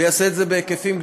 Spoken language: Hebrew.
ויעשה את זה בהיקפים גדולים,